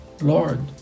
Lord